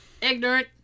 Ignorant